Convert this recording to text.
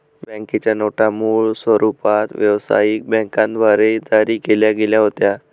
बँकेच्या नोटा मूळ स्वरूपात व्यवसायिक बँकांद्वारे जारी केल्या गेल्या होत्या